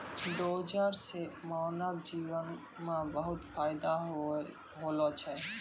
dozer सें मानव जीवन म बहुत फायदा होलो छै